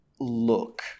Look